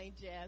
Jess